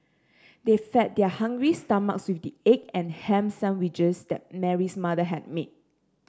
they fed their hungry stomachs with the egg and ham sandwiches that Mary's mother had made